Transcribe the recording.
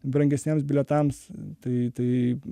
brangesniems bilietams tai tai